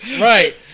Right